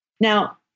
Now